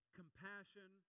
Compassion